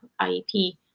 IEP